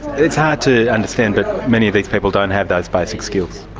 it's hard to understand but many of these people don't have those basic skills.